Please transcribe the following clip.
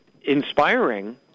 inspiring